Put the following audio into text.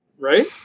Right